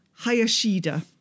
Hayashida